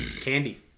Candy